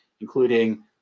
including